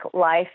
life